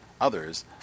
others